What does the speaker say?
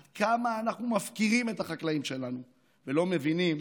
עד כמה אנחנו מפקירים את החקלאים שלנו ולא מבינים